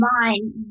mind